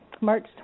March